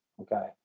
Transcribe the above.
Okay